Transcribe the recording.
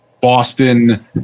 Boston